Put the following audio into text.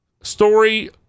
Story